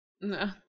No